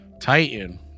Titan